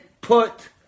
put